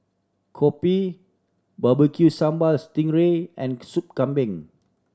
kopi Barbecue Sambal sting ray and Soup Kambing